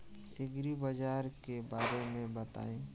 एग्रीबाजार के बारे में बताई?